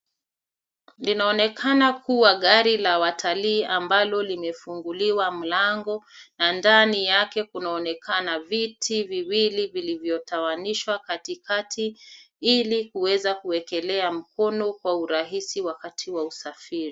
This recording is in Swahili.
Linaonekana kua gari la watalii ambalo limefunguliwa mlango, na ndani yake kunaonekana viti viwili vilivyotawanishwa kati kati, ili kuweza kuekelea mkono kwa urahisi wakati wa usafiri.